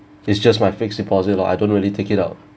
it's just my fixed deposit lor I don't really take it out